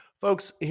folks